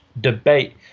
debate